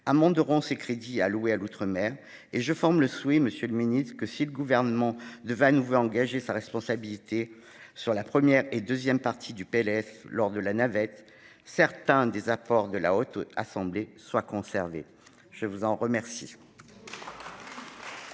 amenderont ces crédits alloués à l'outre-mer ; je forme le voeu que, si le Gouvernement devait de nouveau engager sa responsabilité sur la première et la seconde partie du PLF lors de la navette, certains des apports de la Haute Assemblée soient conservés. Tous nos